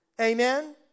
Amen